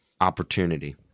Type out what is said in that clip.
opportunity